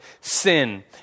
sin